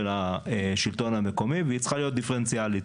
השלטון המקומי והיא צריכה להיות דיפרנציאלית.